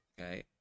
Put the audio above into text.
okay